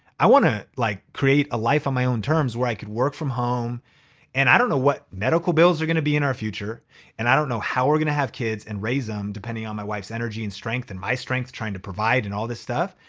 i wanna like create a life on my own terms where i could work from home and i don't know what medical bills are gonna be in our future and i don't know how we're gonna have kids and raise them depending on my wife's energy and strength and my strength trying to provide and all this stuff.